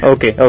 Okay